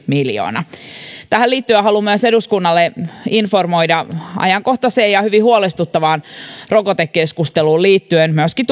miljoona tähän liittyen haluan myös eduskuntaa informoida ajankohtaiseen ja hyvin huolestuttavaan rokotekeskusteluun liittyen myöskin